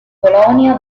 polonia